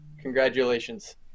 congratulations